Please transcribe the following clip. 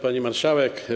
Pani Marszałek!